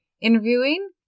interviewing